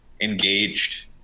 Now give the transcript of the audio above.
engaged